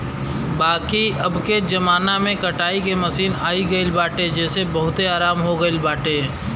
बाकी अबके जमाना में कटाई के मशीन आई गईल बाटे जेसे बहुते आराम हो गईल बाटे